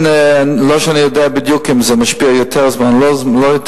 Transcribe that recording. לא שאני יודע בדיוק אם זה משפיע יותר זמן או לא,